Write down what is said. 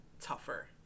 tougher